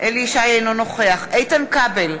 אינו נוכח איתן כבל,